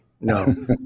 No